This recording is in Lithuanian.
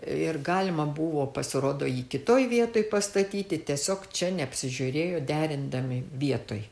ir galima buvo pasirodo jį kitoje vietoj pastatyti tiesiog čia neapsižiūrėjo derindami vietoj